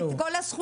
את כל הזכויות.